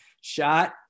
shot